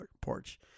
porch